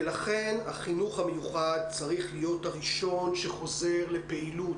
לכן החינוך המיוחד צריך להיות הראשון שחוזר לפעילות.